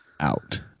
out